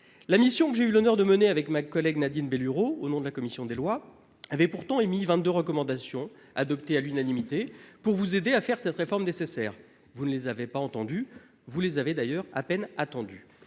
La mission que j'ai eu l'honneur de mener avec ma collègue Nadine. Au nom de la commission des Lois avait pourtant émis 22 recommandations adoptée à l'unanimité pour vous aider à faire cette réforme nécessaire, vous ne les avait pas entendu. Vous les avez d'ailleurs à peine attendu